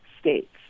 states